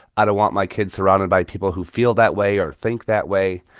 i don't want my kids surrounded by people who feel that way or think that way.